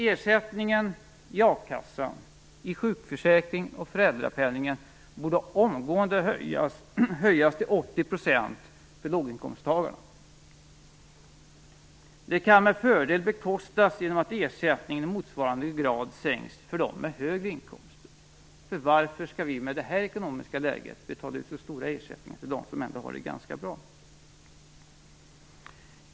Ersättningen i a-kassan, sjukförsäkringen och föräldrapenningen borde omgående höjas till 80 % för låginkomsttagarna. Det kan med fördel bekostas genom att ersättningen i motsvarande grad sänks för dem med högre inkomster. Varför skall vi med detta ekonomiska läge betala ut ersättning till dem som har det ganska bra?